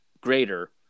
greater